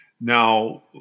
Now